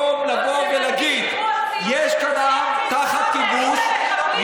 במקום להגיד: יש כאן עם תחת כיבוש,